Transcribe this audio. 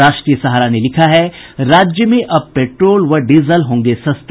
राष्ट्रीय सहारा ने लिखा है राज्य में अब पेट्रोल व डीजल होंगे सस्ते